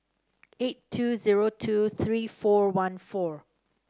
eight two zero two three four one four